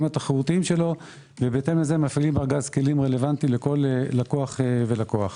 התחרותיים שלו ומפעילים בהתאם לזה ארגז כלים רלוונטי לכל לקוח ולקוח.